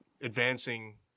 advancing